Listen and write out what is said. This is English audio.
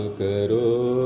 karo